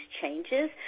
changes